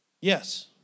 Yes